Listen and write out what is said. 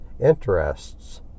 interests